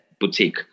Boutique